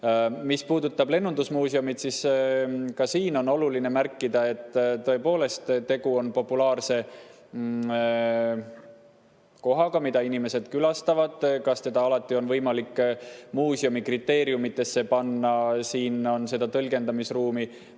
Mis puudutab lennundusmuuseumi, siis siin on oluline märkida, et tegu on populaarse kohaga, mida inimesed külastavad. Kas seda alati on võimalik muuseumi kriteeriumidesse panna? Siin on tõlgendamisruumi